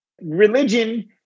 Religion